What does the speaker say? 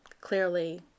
clearly